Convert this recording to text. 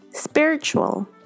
Spiritual